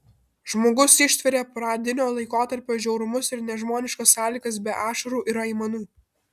žmogus ištvėrė pradinio laikotarpio žiaurumus ir nežmoniškas sąlygas be ašarų ir aimanų